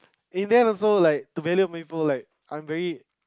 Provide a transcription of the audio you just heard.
in them also like to many people like I'm very